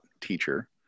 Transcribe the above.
teacher